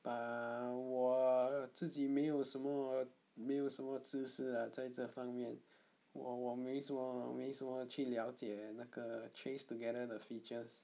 but 我自己没有什么没有什么知识 ah 在这方面我我没什么没什么去了解那个 trace together the features